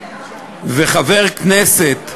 וחבר כנסת,